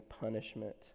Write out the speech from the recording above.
punishment